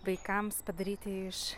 vaikams padaryti iš